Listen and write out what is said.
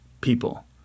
people